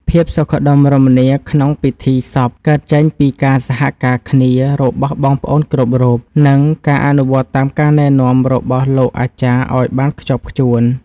ភាពសុខដុមរមនាក្នុងពិធីសពកើតចេញពីការសហការគ្នារបស់បងប្អូនគ្រប់រូប និង ការអនុវត្តតាមការណែនាំរបស់លោកអាចារ្យឱ្យបានខ្ជាប់ខ្ជួន។